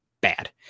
bad